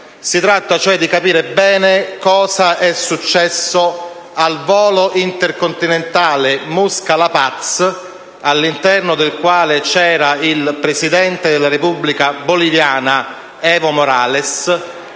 vorremmo capire bene cosa è successo al volo intercontinentale Mosca-La Paz, all'interno del quale c'era il presidente della Repubblica boliviana Evo Morales.